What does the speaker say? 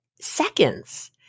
seconds